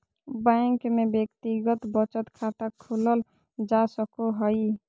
bank में व्यक्तिगत बचत खाता खोलल जा सको हइ